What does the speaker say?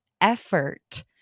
effort